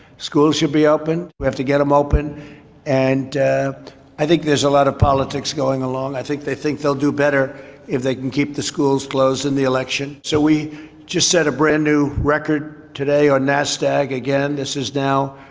schools should be opened. we have to get em open and i think there's a lot of politics going along. i think they think they'll do better if they can keep the schools closed in the election. so we just set a brand-new record today on nasdaq, again. this is, now,